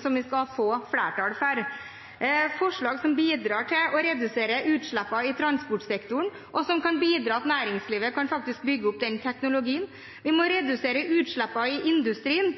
som vi skal få flertall for – forslag som bidrar til å redusere utslippene i transportsektoren, og som kan bidra til at næringslivet faktisk kan bygge opp den teknologien. Vi må redusere utslippene i industrien,